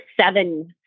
seven